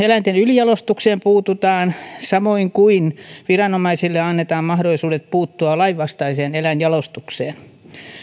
eläinten ylijalostukseen puututaan samoin viranomaisille annetaan mahdollisuudet puuttua lainvastaiseen eläinjalostukseen